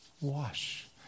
wash